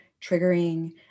triggering